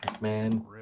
Man